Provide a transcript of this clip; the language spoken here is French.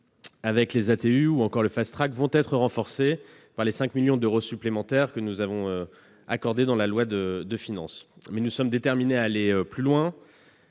avec les ATU ou encore le, vont être renforcés par les 5 millions d'euros supplémentaires que nous avons accordés dans la loi de finances. Mais nous sommes déterminés à aller plus loin